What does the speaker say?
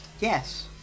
Yes